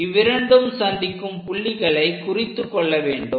இவ்விரண்டும் சந்திக்கும் புள்ளிகளை குறித்துக்கொள்ள வேண்டும்